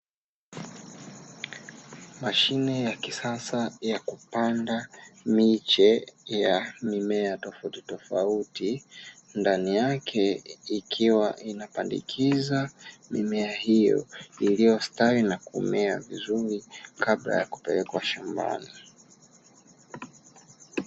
Mashine ya kisasa ya kupanda miche ya mimea tofautitofauti, ndani yake ikiwa inapandikiza miche hiyo iliyomea na kustawi vizuri kabla ya kupeleka shambani.